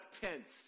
tents